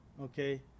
okay